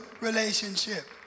relationship